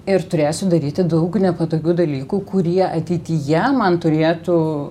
ir turėsiu daryti daug nepatogių dalykų kurie ateityje man turėtų